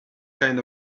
kind